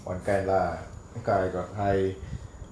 one kind lah guy got high